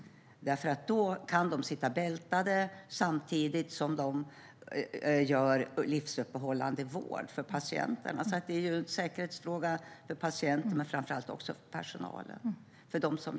Då kan de sitta bältade samtidigt som de ger patienterna livsuppehållande vård. Det är en säkerhetsfråga för såväl patienterna som personalen.